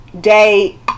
day